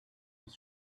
his